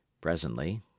Presently